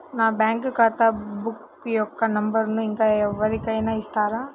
నా బ్యాంక్ ఖాతా బుక్ యొక్క నంబరును ఇంకా ఎవరి కైనా ఇస్తారా?